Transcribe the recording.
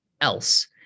else